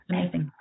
Amazing